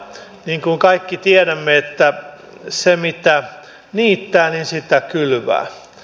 niin kuin kaikki tiedämme mitä niittää sitä kylvää